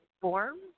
form